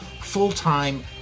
full-time